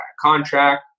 contract